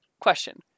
Question